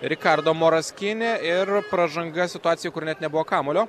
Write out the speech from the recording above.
rikardo moras kine ir pražanga situacija kur net nebuvo kamuolio